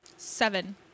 Seven